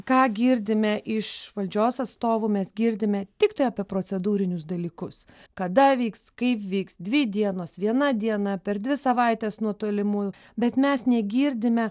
ką girdime iš valdžios atstovų mes girdime tiktai apie procedūrinius dalykus kada vyks kaip vyks dvi dienos viena diena per dvi savaites nuo tolimųjų bet mes negirdime